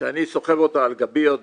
שאני סוחב אותה על גבי עוד